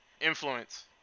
influence